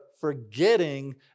forgetting